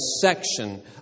section